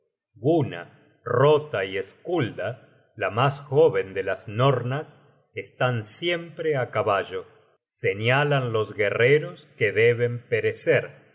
gunna rota y skulda la mas jóven de las nornas están siempre á caballo señalan los guerreros que deben perecer